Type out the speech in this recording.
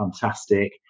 fantastic